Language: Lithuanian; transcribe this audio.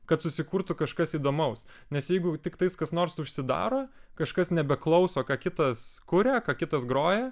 kad susikurtų kažkas įdomaus nes jeigu tiktais kas nors užsidaro kažkas nebeklauso ką kitas kuria ką kitas groja